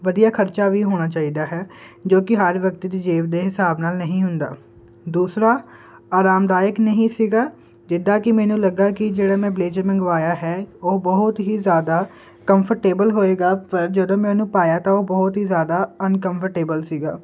ਵਧੀਆ ਖਰਚਾ ਵੀ ਹੋਣਾ ਚਾਈਦਾ ਹੈ ਜੋ ਕੀ ਹਰ ਵਿਅਕਤੀ ਦੀ ਜੇਬ ਦੇ ਹਿਸਾਬ ਨਾਲ ਨਹੀਂ ਹੁੰਦਾ ਦੂਸਰਾ ਅਰਾਮਦਾਇਕ ਨਹੀਂ ਸੀਗਾ ਜਿੱਦਾਂ ਕੀ ਮੈਨੂੰ ਲੱਗਾ ਕੀ ਜਿਹੜਾ ਮੈਂ ਬਲੇਜਰ ਮੰਗਵਾਇਆ ਹੈ ਉਹ ਬਹੁਤ ਹੀ ਜ਼ਿਆਦਾ ਕੰਫਰਟੇਬਲ ਹੋਏਗਾ ਪਰ ਜਦੋਂ ਮੈਂ ਉਹਨੂੰ ਪਾਇਆ ਤਾਂ ਉਹ ਬਹੁਤ ਹੀ ਜ਼ਿਆਦਾ ਅਨਕੰਫਰਟੇਬਲ ਸੀਗਾ